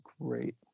great